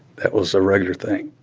that was a regular thing,